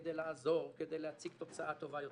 כדי לעזור וכדי להציג תוצאה טובה יותר.